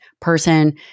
person